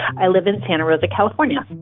i live in santa rosa, calif. um yeah